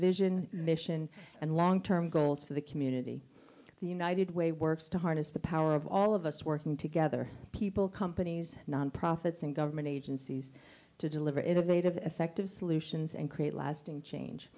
vision mission and long term goals for the community the united way works to harness the power of all of us working together people companies nonprofits and government agencies to deliver innovative effective solutions and create lasting change